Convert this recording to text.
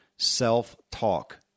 self-talk